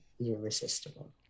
irresistible